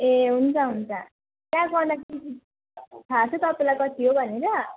ए हुन्छ हुन्छ त्यहाँ गर्दाखेरि थाह छ तपाईँलाई कति हो भनेर